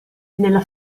nella